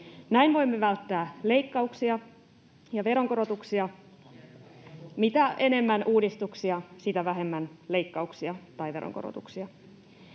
Näin voimme välttää leikkauksia ja veronkorotuksia. Mitä enemmän uudistuksia, sitä vähemmän leikkauksia tai veronkorotuksia.